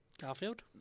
Garfield